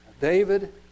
David